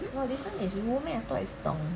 no this one is 吴 meh I thought it's 董